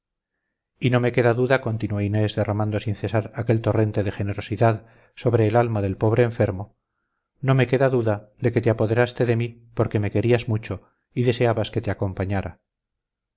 y no me queda duda continuó inés derramando sin cesar aquel torrente de generosidad sobre el alma del pobre enfermo no me queda duda de que te apoderaste de mí porque me querías mucho y deseabas que te acompañara